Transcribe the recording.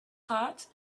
heart